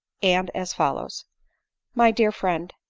and as follows my dear friend,